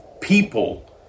people